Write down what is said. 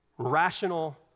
rational